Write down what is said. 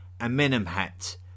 Amenemhat